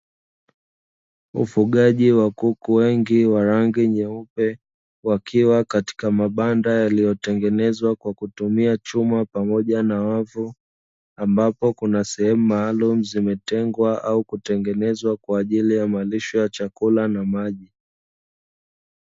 Ufugaji wa kuku wengi wa rangi nyeupe wakiwa katika mabanda yaliyotengenezwa kwa kutumia chuma pamoja na wavu, ambapo kuna sehemu maalumu zimetengwa au kutengenezwa kwa ajili ya malisho ya chakula na maji.